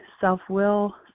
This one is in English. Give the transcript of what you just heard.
self-will